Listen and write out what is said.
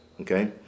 okay